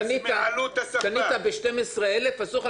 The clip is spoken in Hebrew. יש כרטיס דביט שפותחים אותו